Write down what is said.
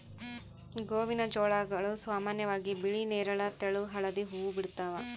ಗೋವಿನಜೋಳಗಳು ಸಾಮಾನ್ಯವಾಗಿ ಬಿಳಿ ನೇರಳ ತೆಳು ಹಳದಿ ಹೂವು ಬಿಡ್ತವ